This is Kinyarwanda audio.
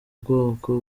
bwoko